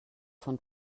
von